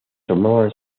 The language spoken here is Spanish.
tomaban